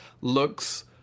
looks